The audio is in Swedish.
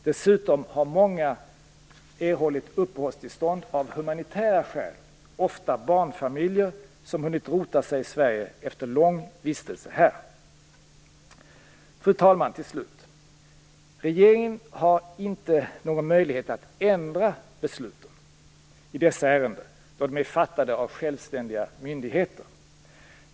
Dessutom har många erhållit uppehållstillstånd av humanitära skäl, ofta barnfamiljer som hunnit rota sig i Sverige efter en lång vistelse här. Fru talman! Regeringen har inte någon möjlighet att ändra besluten i dessa ärenden då de är fattade av självständiga myndigheter.